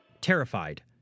Terrified